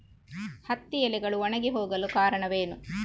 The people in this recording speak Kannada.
ಹತ್ತಿ ಎಲೆಗಳು ಒಣಗಿ ಹೋಗಲು ಕಾರಣವೇನು?